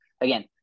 Again